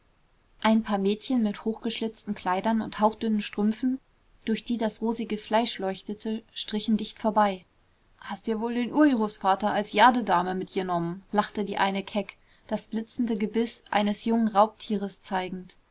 ein paar mädchen mit hochgeschlitzten kleidern und hauchdünnen strümpfen durch die das rosige fleisch leuchtete strichen dicht vorbei hast dir wohl den urjroßvater als jardedame mitjenommen lachte die eine keck das blitzende gebiß eines jungen raubtieres zeigend